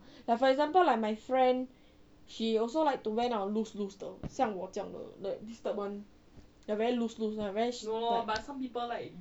like for example like my friend she also like to wear 那种 loose loose 的像我这样的 like this type [one] the very loose loose very like